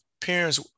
parents